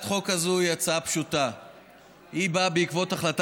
יציג את הצעת החוק יושב-ראש ועדת הפנים